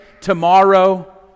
tomorrow